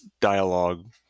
dialogue